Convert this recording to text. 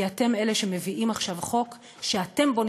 כי אתם אלה שמביאים עכשיו חוק שאתם בונים